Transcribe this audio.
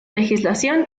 legislación